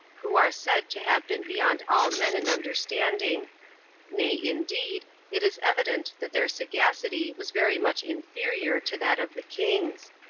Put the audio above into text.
who are said to have been beyond all men in understanding nay, indeed, it is evident that their sagacity was very much inferior to that of the king's.